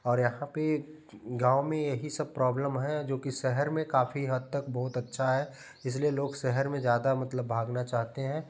और यहाँ पर गाँव में यही सब प्रॉबलम है जो कि शहर में काफ़ी हद तक बहुत अच्छा है इसलिए लोग शहर में ज़्यादा मतलब भागना चाहते हैं